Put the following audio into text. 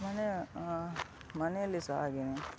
ಮನೆ ಮನೆಯಲ್ಲಿ ಸಹ ಹಾಗೇಯೇ